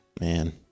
man